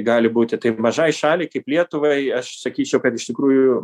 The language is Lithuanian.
gali būti taip mažai šaliai kaip lietuvai aš sakyčiau kad iš tikrųjų